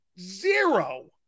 Zero